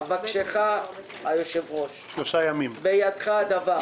אבקשך, היושב-ראש, בידך הדבר